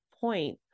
point